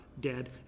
dead